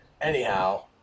Anyhow